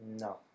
No